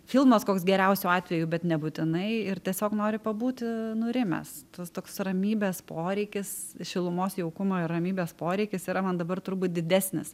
filmas koks geriausiu atveju bet nebūtinai ir tiesiog nori pabūti nurimęs tas toks ramybės poreikis šilumos jaukumo ir ramybės poreikis yra man dabar turbūt didesnis